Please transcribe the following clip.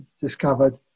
discovered